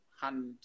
hand